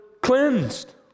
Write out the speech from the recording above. cleansed